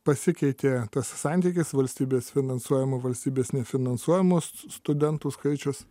pasikeitė tas santykis valstybės finansuojamų valstybės nefinansuojamas studentų skaičius